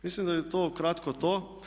Mislim da je to ukratko to.